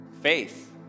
Faith